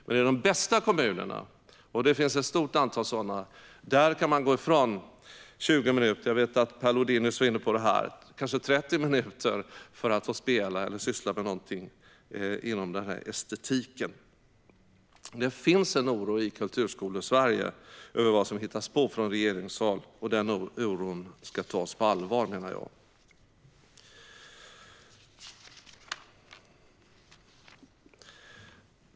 Men i de bästa kommunerna - och det finns ett stort antal sådana - kan man gå ifrån 20 eller 30 minuter, som Per Lodenius var inne på, för att spela eller syssla med någonting inom det estetiska området. Det finns en oro i Kulturskolesverige över vad som hittas på från regeringshåll, och den oron ska tas på allvar.